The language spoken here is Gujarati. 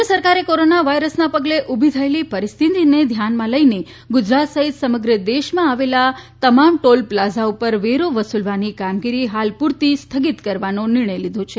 કેન્દ્ર સરકારે કોરોના વાયરસના પગલે ઊભી થયેલી પરિસ્થિતિને ધ્યાનમાં લઈને ગુજરાત સહિત સમગ્ર દેશમાં આવેલા તમામ ટોલ પ્લાઝા ઉપર વેરો વસૂલવાની કામગીરી હાલ પુરતી સ્થગિત કરવાનો નિર્ણય લીધો છે